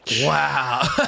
Wow